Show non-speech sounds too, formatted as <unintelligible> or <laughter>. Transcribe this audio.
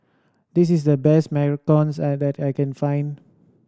this is the best macarons <unintelligible> that I can find